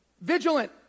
Vigilant